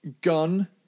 Gun